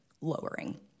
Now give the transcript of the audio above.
lowering